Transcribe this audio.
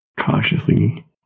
cautiously